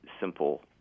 simple